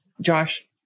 Josh